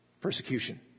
persecution